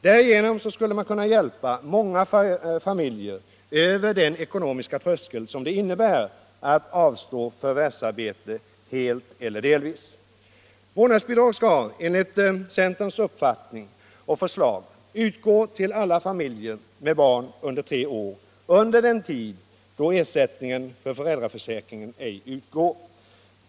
Därigenom skulle man kunna hjälpa många familjer över den ekonomiska tröskel som det innebär att avstå från förvärvsarbete helt eller delvis. Vårdnadsbidrag skall enligt centerpartiets förslag utgå till alla familjer med barn under tre år under den tid då ersättningen från föräldraförsäkringen ej utgår.